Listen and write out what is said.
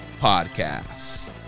podcasts